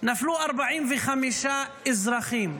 נפלו 45 אזרחים.